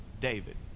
David